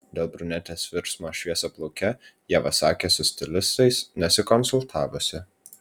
dėl brunetės virsmo šviesiaplauke ieva sakė su stilistais nesikonsultavusi